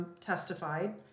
Testified